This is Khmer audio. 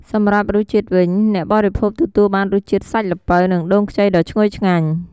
សម្រាប់រសជាតិវិញ អ្នកបរិភោគទទួលបានរសជាតិសាច់ល្ពៅ និងដូងខ្ចីដ៏ឈ្ងុយឆ្ងាញ់។